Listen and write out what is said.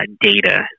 data